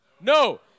No